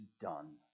done